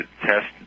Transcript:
test